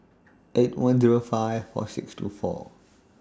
eight one Zero five four six two four